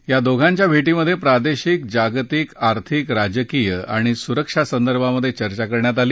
या दोघांच्या भेटीत प्रादेशिक जागतिक आर्थिक राजकीय आणि सुरक्षा संदर्भात चर्चा करण्यात आली